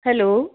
hello